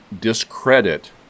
discredit